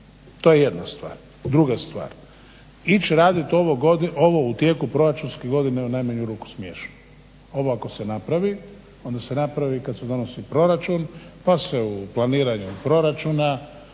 To je jedna stvar. Druga stvar, ići raditi ovo u tijeku proračunske godine je u najmanju ruku smiješno. Ovo ako se napravi onda se napravi kad se donosi proračun pa se u planiranju proračuna